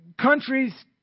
countries